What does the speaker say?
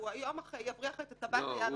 היום הוא יבריח את טבעת היהלומים שלו